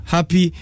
Happy